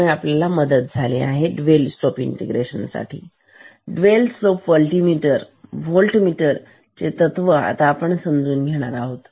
यामुळे आपल्याला मदत झाली dual slope integration dual slope voltmeter चे तत्व समजून घेण्यासाठी